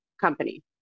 company